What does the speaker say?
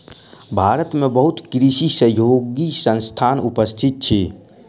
भारत में बहुत कृषि सहयोगी संस्थान उपस्थित अछि